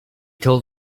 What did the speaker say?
told